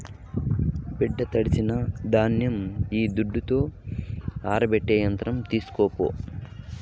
బిడ్డా తడిసిన ధాన్యం ఈ దుడ్డుతో ఆరబెట్టే యంత్రం తీస్కోపో